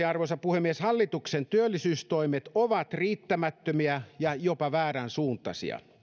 arvoisa puhemies lopuksi hallituksen työllisyystoimet ovat riittämättömiä ja jopa vääränsuuntaisia